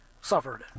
suffered